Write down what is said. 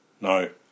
no